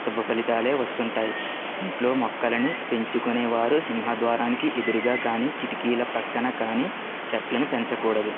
శుభ ఫలితాలే వస్తుంటాయి ఇంట్లో మొక్కలని పెంచుకొనేవారు సింహ ద్వారానికి ఎదురుగా కానీ కిటికీల ప్రక్కన కానీ చెట్లను పెంచకూడదు